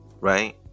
right